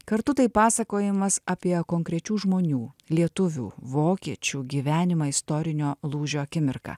kartu tai pasakojimas apie konkrečių žmonių lietuvių vokiečių gyvenimą istorinio lūžio akimirką